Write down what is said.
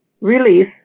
release